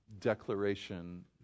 declaration